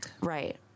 right